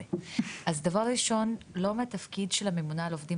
דבר ראשון לא מתפקיד של הממונה על עובדים